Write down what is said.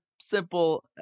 simple